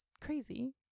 crazy